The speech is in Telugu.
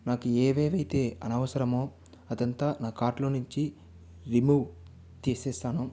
నాకు ఏవేవి అయితే అనవసరమో అందంతా నా కార్ట్ లో నుంచి రిమూవ్ తీసేసాను